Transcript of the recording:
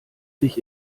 sich